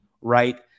right